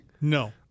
No